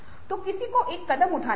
तो किसी को एक कदम उठाना पड़ा